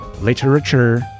literature